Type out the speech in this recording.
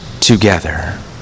together